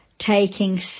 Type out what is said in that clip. taking